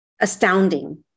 astounding